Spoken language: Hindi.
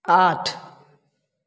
आठ